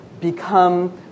become